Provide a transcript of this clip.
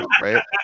right